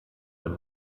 wenn